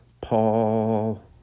Paul